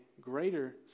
greater